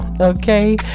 Okay